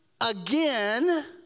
again